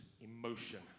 emotion